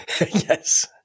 Yes